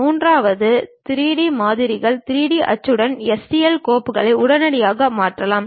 மூன்றாவது 3D மாதிரிகள் 3D அச்சிடலுக்கான STL கோப்புகளாக உடனடியாக மாற்றலாம்